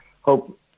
hope